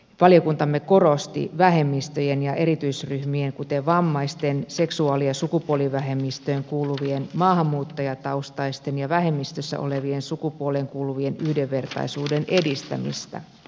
valiokuntamme korosti vähemmistöjen ja erityisryhmien kuten vammaisten seksuaali ja sukupuolivähemmistöön kuuluvien maahanmuuttajataustaisten ja vähemmistössä olevaan sukupuoleen kuuluvien yhdenvertaisuuden edistämistä